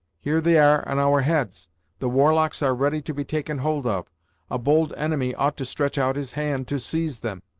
here they are on our heads the war locks are ready to be taken hold of a bold enemy ought to stretch out his hand to seize them.